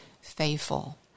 faithful